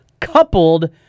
coupled